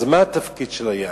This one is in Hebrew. אז מה התפקיד של היין,